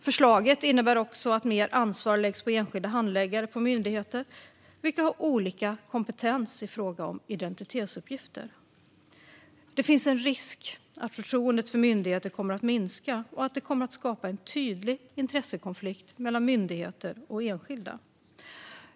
Förslaget innebär också att mer ansvar läggs på enskilda handläggare på myndigheter, vilka har olika kompetens i fråga om identitetsuppgifter. Det finns en risk att förtroendet för myndigheter kommer att minska och att det kommer att skapa en tydlig intressekonflikt mellan myndigheter och enskilda.